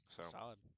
Solid